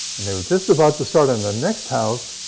and they were just about to start on the next house,